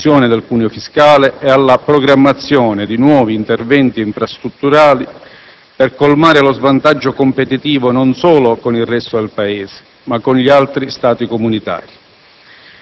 ma dovrebbero delineare le premesse per una strategia di interventi da attuare nei prossimi anni per il definitivo risanamento del Paese e per tentare di affrontare in maniera stabile la questione del Mezzogiorno.